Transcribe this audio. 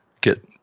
get